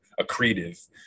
accretive